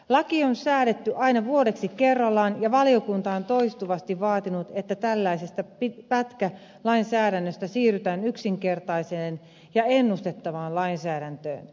laki on säädetty aina vuodeksi kerrallaan ja valiokunta on toistuvasti vaatinut että tällaisesta pätkälainsäädännöstä siirrytään yksinkertaiseen ja ennustettavaan lainsäädäntöön